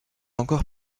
encore